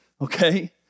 okay